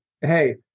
hey